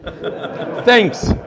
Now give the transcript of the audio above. thanks